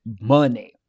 money